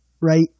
right